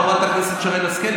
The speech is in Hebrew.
חברת הכנסת שרן השכל.